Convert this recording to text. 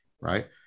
right